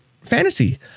fantasy